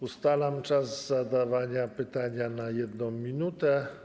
Ustalam czas zadawania pytania na 1 minutę.